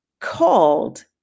Called